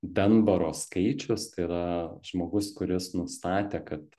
denboro skaičius tai yra žmogus kuris nustatė kad